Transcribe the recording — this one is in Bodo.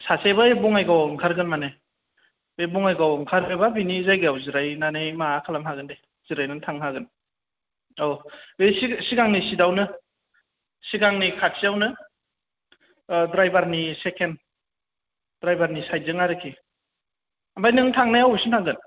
सासे बै बङाइगावआव ओंखारगोन मानि बे बङाइगावआव ओंखारोबा बेनि जायगायाव जिरायनानै माबा खालामनो हागोन दे जिरायनानै थांनो हागोन औ बे सिगां सिगांनि सिटआवनो सिगांनि खाथियावनो ड्राइभारनि सेकेण्ड ड्राइभारनि साइटजों आरोखि ओमफ्राय नों थांनाया अबेसिम थांगोन